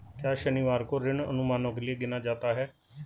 क्या शनिवार को ऋण अनुमानों के लिए गिना जाता है?